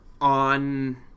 ...on